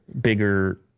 bigger